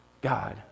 God